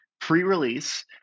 pre-release